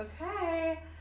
okay